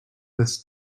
this